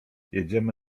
jedziemy